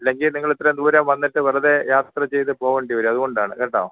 ഇല്ലെങ്കിൽ നിങ്ങൾ ഇത്രയും ദൂരം വന്നിട്ട് വെറുതേ യാത്ര ചെയ്തു പോവേണ്ടി വരും അതുകൊണ്ടാണ് കേട്ടോ